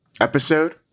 episode